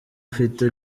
ufite